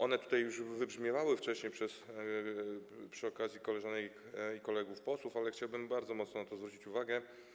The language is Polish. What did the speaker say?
One tutaj już wybrzmiewały wcześniej przy okazji wypowiedzi koleżanek i kolegów posłom, ale chciałbym bardzo mocno na to zwrócić uwagę.